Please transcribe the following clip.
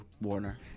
Warner